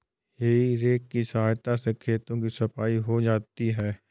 हेइ रेक की सहायता से खेतों की सफाई हो जाती है